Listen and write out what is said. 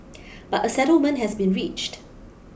but a settlement has been reached